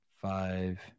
Five